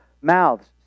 mouths